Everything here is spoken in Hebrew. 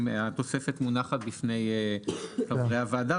התוספת מונחת בפני חברי הוועדה,